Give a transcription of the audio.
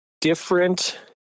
different